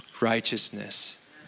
righteousness